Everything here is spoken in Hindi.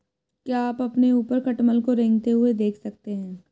क्या आप अपने ऊपर खटमल को रेंगते हुए देख सकते हैं?